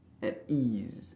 at ease